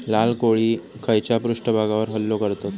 लाल कोळी खैच्या पृष्ठभागावर हल्लो करतत?